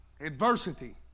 Adversity